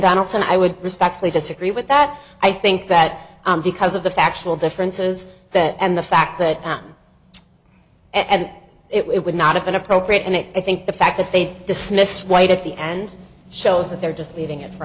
donaldson i would respectfully disagree with that i think that because of the factual differences that and the fact that and it would not have been appropriate and i think the fact that they dismiss white at the end shows that they're just leaving it for